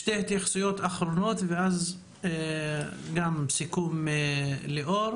שתי התייחסויות אחרונות ואז סיכום של ליאור,